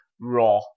raw